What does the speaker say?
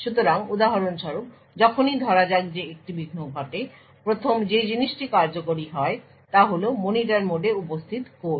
সুতরাং উদাহরণস্বরূপ যখনই ধরা যাক যে একটি বিঘ্ন ঘটে প্রথম যে জিনিসটি কার্যকরী হয় তা হল মনিটর মোডে উপস্থিত কোড